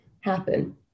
happen